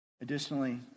Additionally